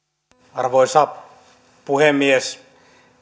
arvoisa puhemies